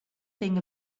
thing